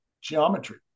geometry